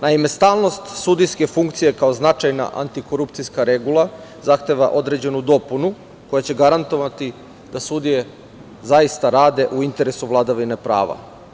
Naime, stalnost sudijske funkcije, kao značajna antikorupcijska regula, zahteva određenu dopunu koja će garantovati da sudije zaista rade u interesu vladavine prava.